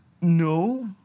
No